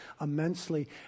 immensely